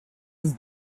his